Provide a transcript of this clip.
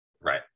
right